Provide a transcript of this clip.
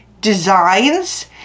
designs